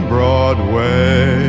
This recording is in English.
Broadway